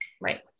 Right